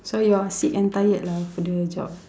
so you're sick and tired lah of doing the job